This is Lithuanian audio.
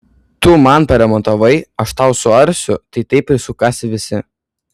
tu man paremontavai aš tau suarsiu tai taip ir sukasi visi